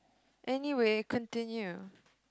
anyway continue